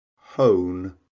hone